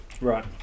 Right